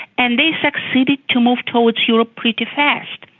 and they succeeded to move towards europe pretty fast.